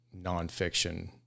nonfiction